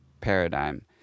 paradigm